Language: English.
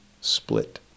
split